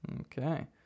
Okay